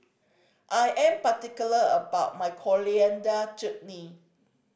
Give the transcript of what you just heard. I am particular about my Coriander Chutney